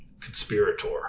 conspirator